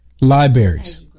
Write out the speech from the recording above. libraries